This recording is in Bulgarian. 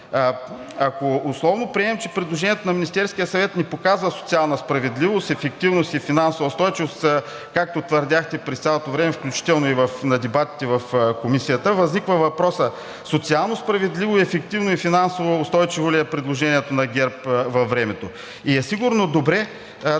Ако условно приемем, че предложението на Министерския съвет ни показва социална справедливост, ефективност и финансова устойчивост, както твърдяхте през цялото време, включително и на дебатите в Комисията, възниква въпросът: социално справедливо, ефективно и финансово устойчиво ли е предложението на ГЕРБ във времето? И е сигурно добре да обясните